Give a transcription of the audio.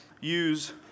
use